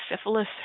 syphilis